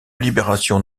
libération